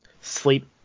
sleep